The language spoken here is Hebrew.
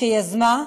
שהיא יזמה,